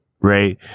right